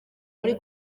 muri